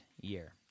year